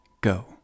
go